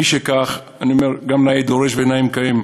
משכך, אני אומר: גם נאה דורש ונאה מקיים.